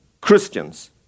Christians